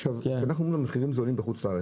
עכשיו כשאנחנו אומרים שהמחירים זולים יותר בחו"ל,